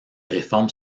réformes